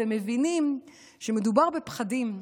מבינים שמדובר בפחדים,